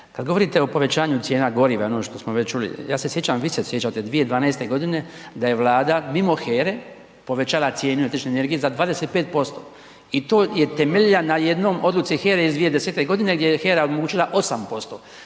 Kad govorite o povećanju cijena goriva i onog što smo već čuli, ja se sjećam, vi se sjećate, 2012. g. da je Vlada mimo HERA-e povećala cijene električne energije za 25% i to je temeljila na jednoj odluci HERA-e iz 2010. g. gdje je HERA odlučila 8%